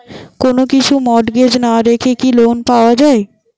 কোন কিছু মর্টগেজ না রেখে কি লোন পাওয়া য়ায়?